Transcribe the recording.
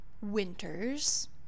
winters